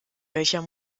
welcher